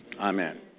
amen